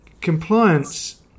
compliance